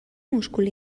múscul